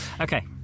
Okay